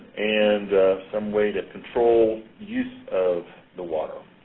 and some way to control use of the water.